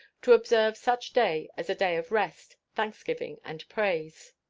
to observe such day as a day of rest, thanksgiving, and praise.